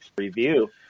review